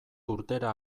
urtera